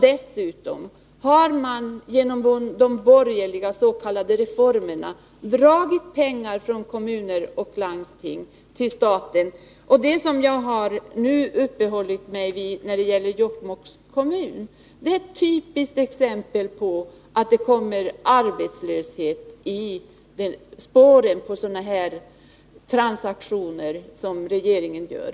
Dessutom har genom de borgerliga s.k. reformerna pengar dragits från kommuner och landsting till staten. Det som jag nu har uppehållit mig vid när det gäller Jokkmokks kommun är ett typiskt exempel på att det kommer arbetslöshet i spåren från sådana här transaktioner som regeringen gör.